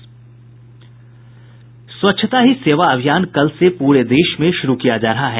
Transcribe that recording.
स्वच्छता ही सेवा अभियान कल से पूरे देश में शुरू किया जा रहा है